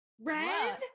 Red